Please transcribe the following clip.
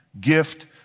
gift